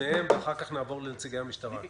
ואחר כך נעבור לנציגי המשטרה.